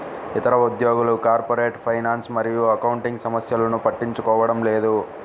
ఇతర ఉద్యోగులు corporate finance మరియు అకౌంటింగ్ సమస్యలను పట్టించుకోవడం లేదు